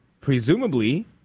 Presumably